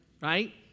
Right